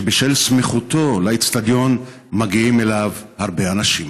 שבשל סמיכותו לאצטדיון מגיעים אליו הרבה אנשים?